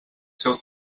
seu